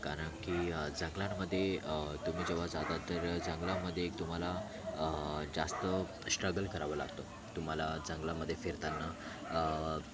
कारण की जंगलांमध्ये तुम्ही जेव्हा जातात तर जंगलांमध्ये तुम्हाला जास्त स्ट्रगल करावा लागतो तुम्हाला जंगलामध्ये फिरताना